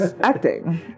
acting